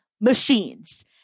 machines